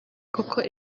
koko